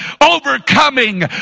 Overcoming